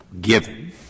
given